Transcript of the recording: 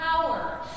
power